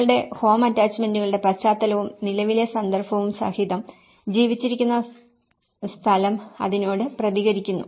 നിങ്ങളുടെ ഹോം അറ്റാച്ച്മെന്റുകളുടെ പശ്ചാത്തലവും നിലവിലെ സന്ദർഭവും സഹിതം ജീവിച്ചിരിക്കുന്ന സ്ഥാലം അതിനോട് പ്രതികരിക്കുന്നു